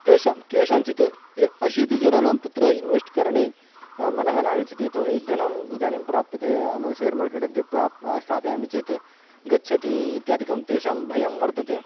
तेषां केषाञ्चित् अशीतिजनानां तत्र इन्वेस्ट् करणे मनः नागच्छति यतो हि धनम् इदानीं प्राप्यते नो शेर् मार्केट् मध्ये प्राप् स्थापयामि चेत् गच्छति इत्यादिकं तेषां भयं वर्तते